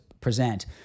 present